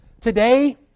Today